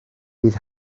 bydd